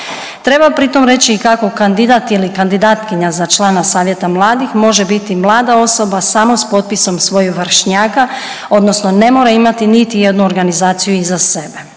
Treba pritom reći i kako kandidat ili kandidatkinja za člana savjeta mladih može biti mlada osoba samo s potpisom svojih vršnjaka odnosno ne mora imati niti jednu organizaciju iza sebe.